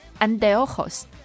anteojos